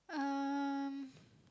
um